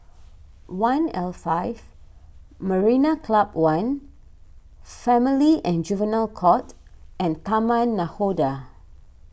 one' L Five Marina Club one Family and Juvenile Court and Taman Nakhoda